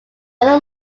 other